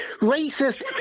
racist